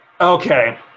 Okay